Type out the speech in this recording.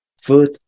food